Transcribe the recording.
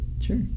Sure